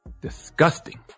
Disgusting